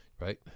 right